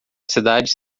cidade